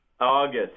August